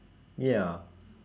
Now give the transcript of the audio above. ya